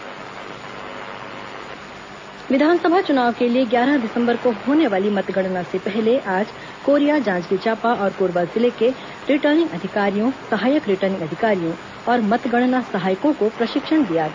मतगणना प्रशिक्षण विधानसभा चुनाव के लिए ग्यारह दिसंबर को होने वाली मतगणना से पहले आज कोरिया जांजगीर चांपा और कोरबा जिले के रिटर्निंग अधिकारियों सहायक रिटर्निंग अधिकारियों और मतगणना सहायकों को प्रशिक्षण दिया गया